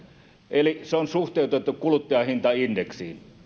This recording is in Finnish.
eli se on suhteutettu kuluttajahintaindeksiin